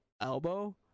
elbow